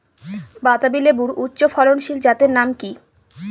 বাতাবি লেবুর উচ্চ ফলনশীল জাতের নাম কি?